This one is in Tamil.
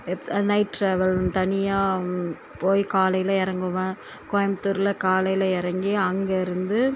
இப் நைட் ட்ராவல் தனியாக போய் காலையில் இறங்குவேன் கோயம்புத்தூரில் காலையில் இறங்கி அங்கே இருந்து